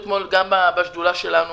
בשדולה שלנו